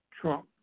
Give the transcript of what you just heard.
Trump